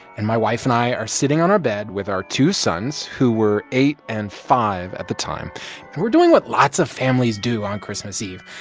and my wife and i are sitting on our bed with our two sons, who were eight and five at the time, and we're doing what lots of families do on christmas eve.